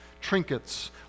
Trinkets